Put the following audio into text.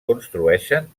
construeixen